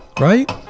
Right